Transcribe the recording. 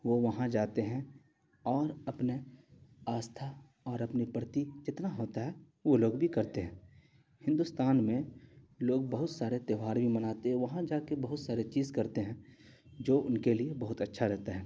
وہ وہاں جاتے ہیں اور اپنے آستھا اور اپنی پرتی جتنا ہوتا ہے وہ لوگ بھی کرتے ہیں ہندوستان میں لوگ بہت سارے تہوار بھی مناتے ہیں وہاں جا کے بہت سارے چیز کرتے ہیں جو ان کے لیے بہت اچھا رہتا ہے